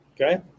Okay